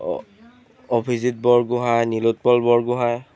Abhijit Borgohain Nilotpal Borgohain